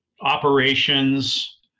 operations